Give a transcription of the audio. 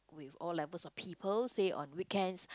with all levels of people say on weekend